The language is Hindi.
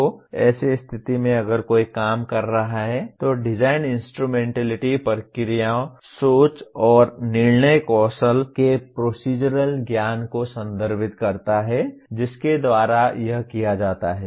तो ऐसी स्थिति में अगर कोई काम कर रहा है तो डिजाइन इन्स्ट्रमेन्टैलिटी प्रक्रियाओं सोच और निर्णय कौशल के प्रोसीज़रल ज्ञान को संदर्भित करता है जिसके द्वारा यह किया जाता है